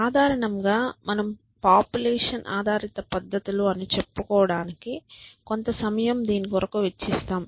సాధారణంగా మనము పాపులేషన్ ఆధారిత పద్ధతులు అని చెప్పుకోవడానికి కొంత సమయం దీని కొరకు వెచ్చిస్తాం